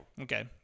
Okay